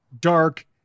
dark